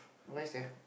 why sia